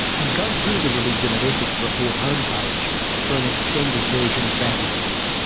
and go to the religion and ethics report home page for an extended version of that interview.